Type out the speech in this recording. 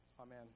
Amen